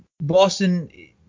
Boston